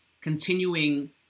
continuing